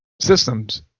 systems